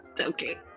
Okay